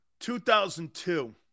2002